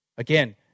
Again